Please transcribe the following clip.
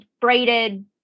braided